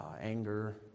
anger